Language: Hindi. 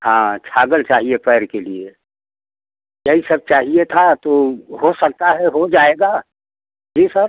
हाँ छागल चाहिए पैर के लिए यही सब चाहिए था तो हो सकता है हो जाएगा जी सर